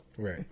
Right